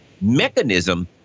mechanism